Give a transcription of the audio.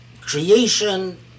creation